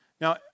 Now